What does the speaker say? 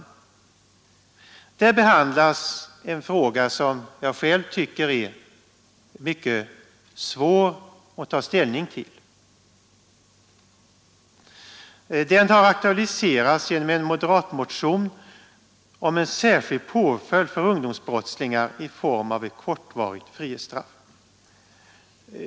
I dessa behandlas en fråga som jag själv tycker är mycket svår att ta ställning till. Den har aktualiserats genom en moderatmotion om en särskild påföljd för ungdomsbrottslingar i form av ett kortvarigt frihetsstraff.